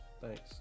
thanks